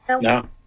no